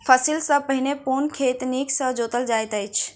फसिल सॅ पहिने पूर्ण खेत नीक सॅ जोतल जाइत अछि